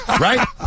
Right